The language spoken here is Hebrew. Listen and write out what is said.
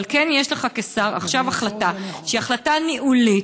אבל יש לך כשר עכשיו החלטה שהיא החלטה ניהולית,